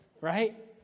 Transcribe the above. Right